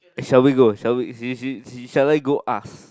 shall we go shall we sh~ sh~ sh~ shall I go ask